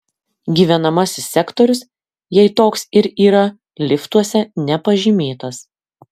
gyvenamasis sektorius jei toks ir yra liftuose nepažymėtas